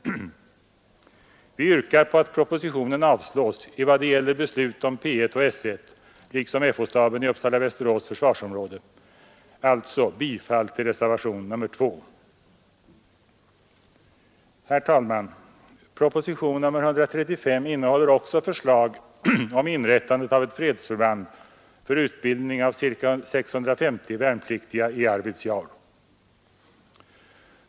Vi yrkar att propositionen avslås i vad det gäller beslut om P 1 och §S 1 liksom Fo-staben för Uppsala—Västerås försvarsområde, alltså bifall till reservationen 2. Herr talman! Propositionen 135 innehåller också förslag om inrättande av fredsförband för utbildning av 650 värnpliktiga i Arvidsjaur.